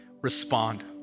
respond